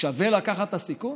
שווה לקחת את הסיכון?